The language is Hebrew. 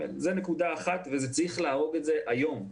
זו נקודה אחת וצריך להרוג את זה היום.